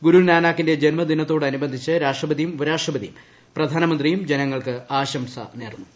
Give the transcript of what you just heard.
ഗുരുനാനാക്കിന്റെ ജന്മദിനത്തോടനുബന്ധിച്ച് രാഷ്ട്രപതിയും ഉപരാഷ്ട്രപതിയും പ്രധാനമന്ത്രിയും ജനങ്ങൾക്ക് ആശംസ നേർന്നു